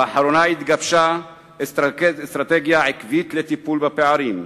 באחרונה התגבשה אסטרטגיה עקבית לטיפול בפערים,